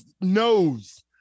knows